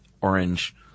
orange